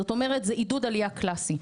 זאת אומרת, זה עידוד עלייה קלאסי.